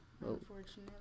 Unfortunately